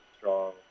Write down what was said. strong